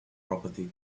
property